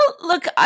look